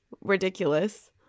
ridiculous